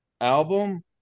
album